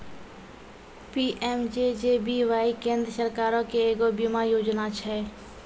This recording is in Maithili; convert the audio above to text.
पी.एम.जे.जे.बी.वाई केन्द्र सरकारो के एगो बीमा योजना छै